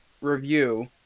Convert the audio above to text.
review